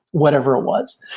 whatever it was.